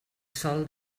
sol